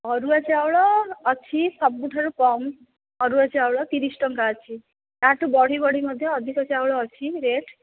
ଅରୁଆ ଚାଉଳ ଅଛି ସବୁଠାରୁ କମ୍ ଅରୁଆ ଚାଉଳ ତିରିଶ ଟଙ୍କା ଅଛି ତା'ଠୁ ବଢ଼ିବଢି ମଧ୍ୟ ଅଧିକ ଚାଉଳ ଅଛି ରେଟ୍